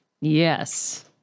Yes